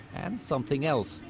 and something else,